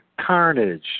carnage